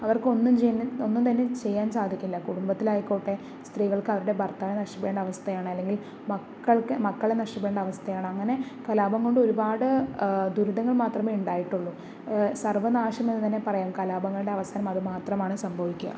അവർക്ക് ഒന്നും ചെയ് ഒന്നും തന്നെ ചെയ്യാൻ സാധിക്കില്ല കുടുംബത്തിലായിക്കോട്ടെ സ്ത്രീകൾക്ക് അവരുടെ ഭർത്താവിനെ നഷ്ടപ്പെടേണ്ട അവസ്ഥയാണ് അല്ലെങ്കിൽ മക്കൾക്ക് മക്കളെ നഷ്ടപ്പെടേണ്ട അവസ്ഥയാണ് അങ്ങനെ കലാപം കൊണ്ട് ഒരുപാട് ദുരിതങ്ങൾ മാത്രമേ ഉണ്ടായിട്ടുള്ളൂ സർവ്വനാശം എന്ന് തന്നെ പറയാം കലാപങ്ങളുടെ അവസാനം അത് മാത്രമാണ് സംഭവിക്കുക